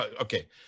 Okay